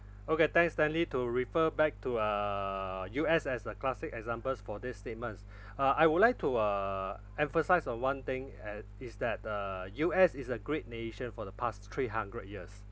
okay thanks stanley to refer back to uh U_S as a classic examples for this statements uh I would like to uh emphasise on one thing at is that uh U_S is a great nation for the past three hundred years